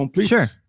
Sure